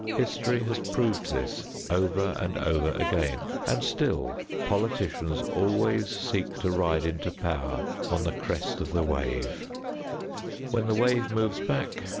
history has proved this over and over again, and still politicians always seek to ride into power on the crest of the wave when the wave moves back,